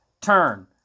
turn